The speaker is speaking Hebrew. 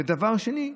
ודבר שני,